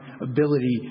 ability